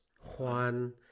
Juan